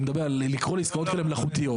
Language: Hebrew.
הוא מדבר על לקרוא לעסקאות כאלה מלאכותיות.